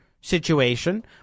situation